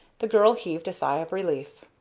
the girl heaved a sigh of relief.